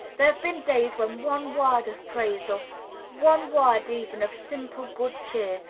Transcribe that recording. there have been days when one word of praise, or one word even of simple good cheer,